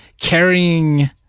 carrying